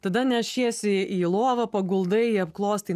tada nešiesi į lovą paguldai apklostai